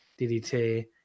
DDT